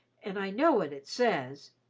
and i know what it says.